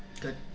Good